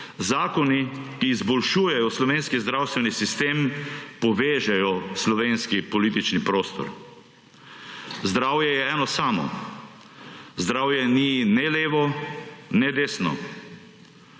zakoni, ki izboljšujejo slovenski zdravstveni sistem, povežejo slovenski politični prostor. Zdravje je eno samo. Zdravje ni ne levo, ne desno.